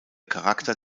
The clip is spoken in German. charakter